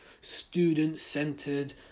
student-centered